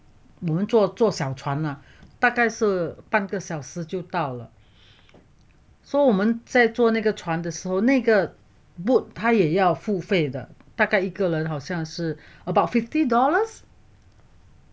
你们坐坐小船啦大概是半个小时就到了 so 我们在坐那个船的时候那个 boat 它也要付费的大概一个人好像是 about fifty dollars